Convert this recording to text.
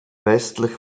westlich